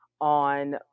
on